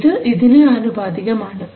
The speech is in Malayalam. ഇത് ഇതിന് ആനുപാതികം ആണ്